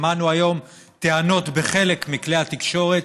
שמענו היום טענות בחלק מכלי התקשורת,